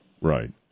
Right